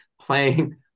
playing